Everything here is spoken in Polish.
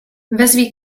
wezwij